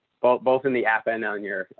both, both in the app and on your,